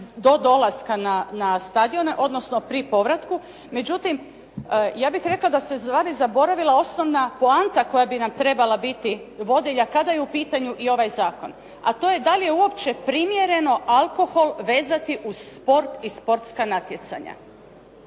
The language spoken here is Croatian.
do dolaska na stadion, odnosno pri povratku, međutim, ja bih rekla da se vani zaboravila osnovna poanta koja bi nam trebala biti vodilja kada je u pitanju i ovaj zakon, a to je da li je uopće primjereno alkohol vezati uz sport i sportska natjecanja.